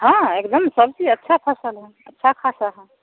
हाँ एकदम सब चीज़ अच्छा फ़सल है अच्छा खासा है